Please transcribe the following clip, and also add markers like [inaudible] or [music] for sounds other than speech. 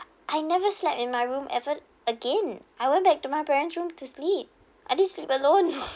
I never slept in my room ever again I went back to my parents room to sleep I didn't sleep alone [laughs]